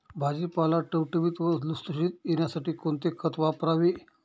भाजीपाला टवटवीत व लुसलुशीत येण्यासाठी कोणते खत वापरावे?